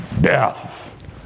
death